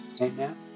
Amen